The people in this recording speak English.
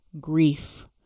grief